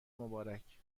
مبارک